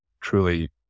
truly